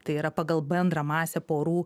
tai yra pagal bendrą masę porų